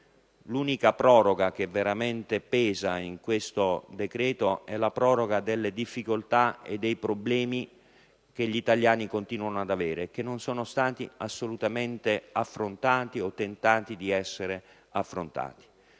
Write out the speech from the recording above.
l'unica proroga che veramente pesa in questo decreto è quella delle difficoltà e dei problemi che gli italiani continuano ad avere e che non sono stati assolutamente affrontati o che non si è tentato di affrontare.